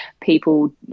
people